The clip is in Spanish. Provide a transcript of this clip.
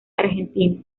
argentino